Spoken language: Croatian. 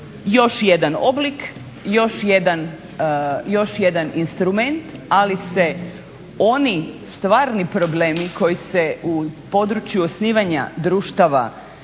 još jedan oblik, još jedan instrument, ali se oni stvarni problemi koji se u području osnivanja društava